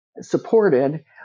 supported